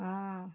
ஆ